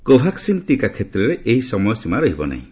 କୋଭାକସିନ୍ ଟିକା କ୍ଷେତ୍ରରେ ଏହି ସମୟସୀମା ରହିବ ନାହିଁ